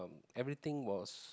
everything was